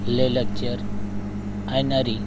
ᱞᱟᱭᱼᱞᱟᱠᱪᱟᱨ ᱟᱹᱱᱟᱹᱨᱤ